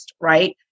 right